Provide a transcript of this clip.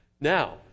Now